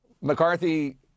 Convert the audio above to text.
McCarthy